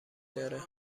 داره